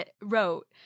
wrote